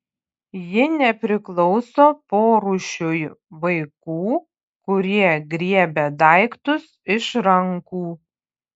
ji nepriklauso porūšiui vaikų kurie griebia daiktus iš rankų